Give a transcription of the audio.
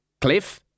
Cliff